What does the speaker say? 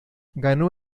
ganó